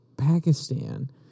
Pakistan